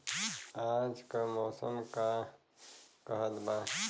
आज क मौसम का कहत बा?